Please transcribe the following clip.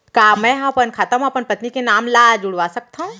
का मैं ह अपन खाता म अपन पत्नी के नाम ला जुड़वा सकथव?